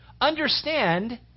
Understand